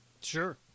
Sure